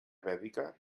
vèdica